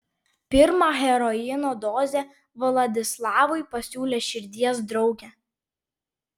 pirmą heroino dozę vladislavui pasiūlė širdies draugė